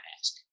ask